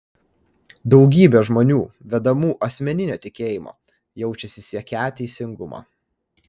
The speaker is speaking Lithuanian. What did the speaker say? daugybė žmonių vedamų asmeninio tikėjimo jaučiasi siekią teisingumo